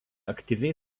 aktyviai